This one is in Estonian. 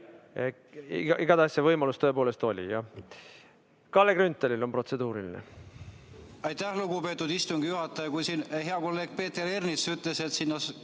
Igatahes see võimalus tõepoolest oli. Kalle Grünthalil on protseduuriline